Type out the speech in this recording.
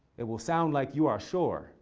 it will sound like you are sure.